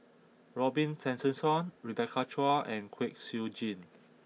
Robin Tessensohn Rebecca Chua and Kwek Siew Jin